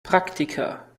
praktiker